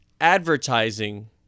advertising